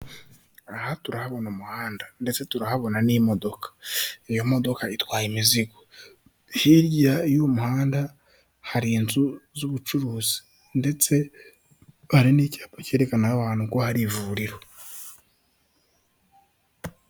Aha turahabona umuhanda, ndetse turahabona n'imodoka. Iyo modoka itwaye imizigo, hirya y'uwo muhanda hari inzu z'ubucuruzi, ndetse hari n'icyapa cyerekana aho hantu ko hari ivuriro.